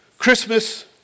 Christmas